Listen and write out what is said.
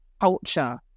culture